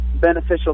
beneficial